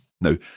Now